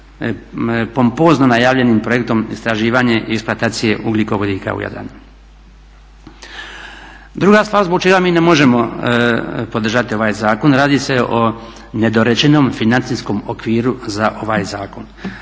pompozno najavljenim projektom istraživanje i eksploatacije ugljikovodika u Jadranu. Druga stvar zbog čega mi ne možemo podržati ovaj zakon radi se nedorečenom financijskom okviru za ovaj zakon.